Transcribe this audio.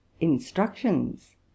instructions